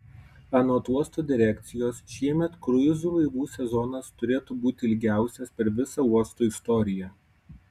anot uosto direkcijos šiemet kruizų laivų sezonas turėtų būti ilgiausias per visą uosto istoriją